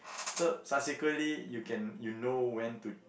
so subsequently you can you know when to